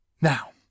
Now